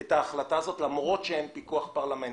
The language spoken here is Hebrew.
את ההחלטה הזאת אפילו בלי פיקוח פרלמנטרי.